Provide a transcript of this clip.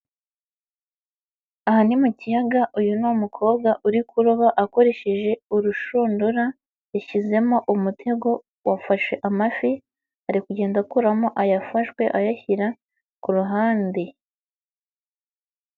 Aha ni mu kiyaga, uyu ni umukobwa uri kuroba akoresheje urushundura, yashyizemo umutego wafashe amafi, ari kugenda akuramo ayafashwe, ayashyira ku ruhande.